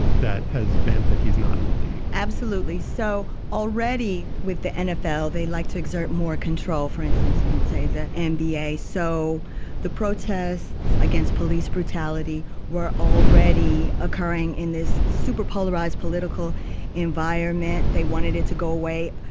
that has meant that he's not in the league absolutely. so already with the nfl, they like to exert more control, for instance, in, and say, the and nba. so the protests against police brutality were already occurring in this super polarized political environment. they wanted it to go away.